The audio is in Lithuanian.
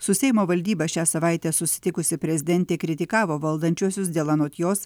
su seimo valdyba šią savaitę susitikusi prezidentė kritikavo valdančiuosius dėl anot jos